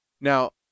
Now